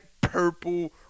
purple